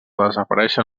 desaparèixer